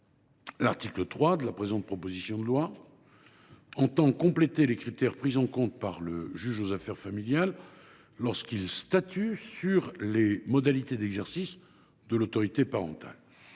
l’article 3 de la présente proposition de loi entend compléter les critères pris en compte par le juge aux affaires familiales lorsqu’il statue sur les modalités d’exercice de l’autorité parentale.